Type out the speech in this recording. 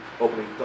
opening